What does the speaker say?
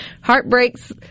heartbreaks